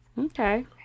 Okay